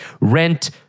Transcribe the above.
rent